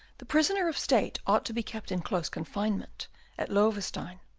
the prisoner of state ought to be kept in close confinement at loewestein.